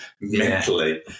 mentally